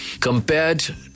compared